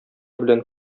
белән